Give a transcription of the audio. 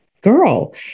girl